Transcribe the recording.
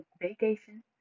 vacation